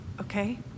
Okay